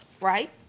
right